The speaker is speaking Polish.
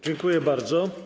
Dziękuję bardzo.